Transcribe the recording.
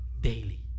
daily